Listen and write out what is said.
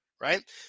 right